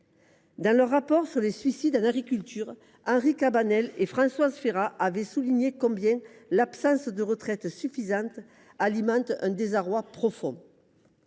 Dans leur rapport sur les suicides en agriculture, Henri Cabanel et Françoise Férat avaient souligné combien « l’absence de retraite suffisante alimente un désarroi profond